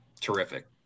terrific